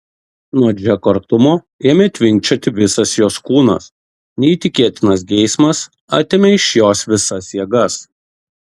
nuo džeko artumo ėmė tvinkčioti visas jos kūnas neįtikėtinas geismas atėmė iš jos visas jėgas